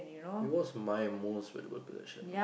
it was my most valuable possession lah